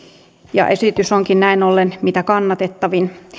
ja esitys onkin näin ollen mitä kannatettavin